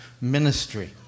ministry